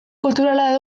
kulturala